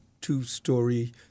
two-story